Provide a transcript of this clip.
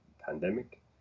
pandemic